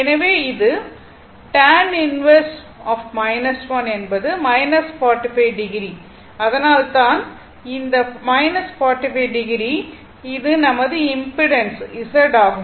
எனவே இது tan 1 என்பது 45o அதனால்தான் இந்த 45o இது நமது இம்பிடன்ஸ் Z ஆகும்